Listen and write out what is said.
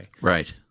Right